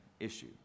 issue